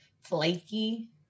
flaky